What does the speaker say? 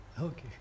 Okay